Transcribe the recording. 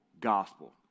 gospel